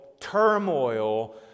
turmoil